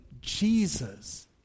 Jesus